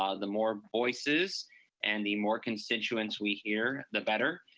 um the more voices and the more constituents we hear, the better.